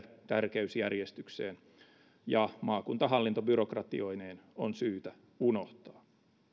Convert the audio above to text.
tärkeysjärjestykseen ja maakuntahallinto byrokratioineen on syytä unohtaa